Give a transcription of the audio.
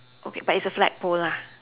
okay but it's a flagpole lah